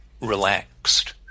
relaxed